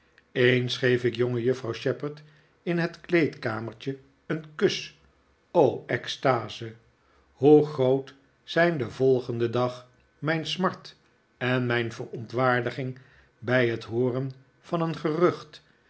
eens geef ik jongejuffrouw shepherd in het kleedkamertje een kus o extasef hoe groot zijn den volgenden dag mijn smart en mijn verontwaardiging bij het hooren van een gerucht